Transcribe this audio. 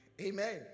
Amen